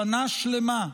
שנה שלמה,